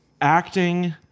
acting